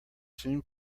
soon